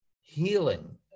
healing